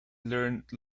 learned